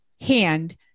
hand